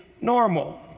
normal